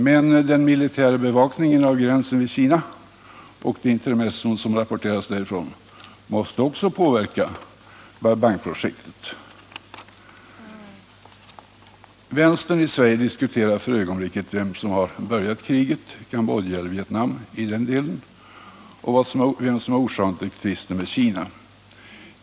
Men den militära bevakningen av gränsen mot Kina och de intermezzon som rapporteras därifrån måste också påverka Bai Bangprojektet. Vänstern i Sverige diskuterar för ögonblicket vem som har börjat kriget, Cambodja eller Vietnam, och vem som har orsakat tvisten med Kina.